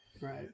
Right